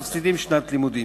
ומפסידים שנת לימודים,